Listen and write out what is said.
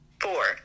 Four